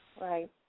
Right